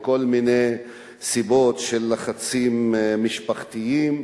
מכל מיני סיבות של לחצים משפחתיים,